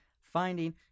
finding